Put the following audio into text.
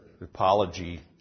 apology